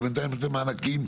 ובינתיים נותנים מענקים.